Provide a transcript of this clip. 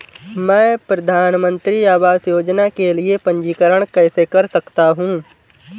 मैं प्रधानमंत्री आवास योजना के लिए पंजीकरण कैसे कर सकता हूं?